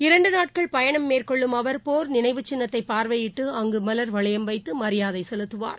இரண்டுநாட்கள் பயணம் மேற்கொள்ளும் அவர் போர் சின்னத்தைபார்வையிட்டு நினைவு அங்குமலர்வளையம் வைத்துமரியாதைசெலுத்துவார்